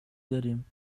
داریم